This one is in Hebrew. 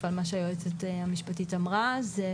על מה שהיועצת המשפטית של הוועדה אמרה.